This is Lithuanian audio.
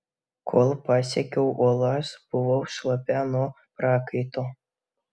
kol pasiekiau uolas buvau šlapia nuo prakaito